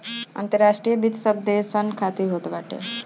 अंतर्राष्ट्रीय वित्त सब देसन खातिर होत बाटे